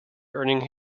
earning